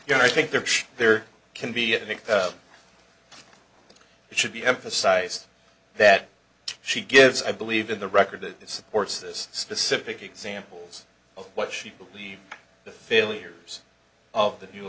know i think there can be and it should be emphasized that she gives i believe in the record that supports this specific examples of what she believes the failures of the new